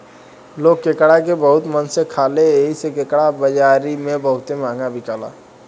लोग केकड़ा के बहुते मन से खाले एही से केकड़ा बाजारी में बहुते महंगा बिकाला